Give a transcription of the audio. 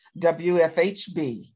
WFHB